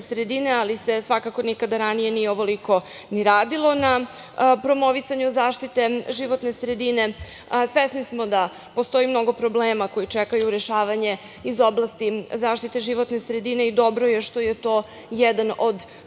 sredine, ali se svakako nikada ranije nije ovoliko ni radilo na promovisanju zaštite životne sredine. Svesni smo da postoji mnogo problema koji čekaju rešavanje iz oblasti zaštite životne sredine i dobro je što je to jedan od